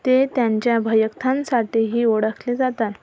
ते त्यांच्या भयकथांसाठीही ओळखले जातात